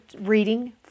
reading